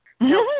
no